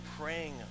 praying